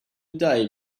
day